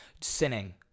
sinning